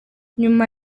nyuma